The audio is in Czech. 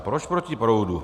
Proč proti proudu?